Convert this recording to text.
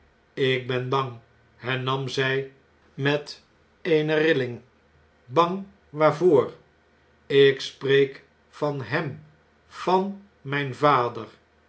ik ben bang hernam zjj met eene rilling bang waarvoor ik spreek van hem van mijn vader